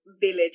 village